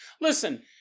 Listen